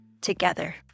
together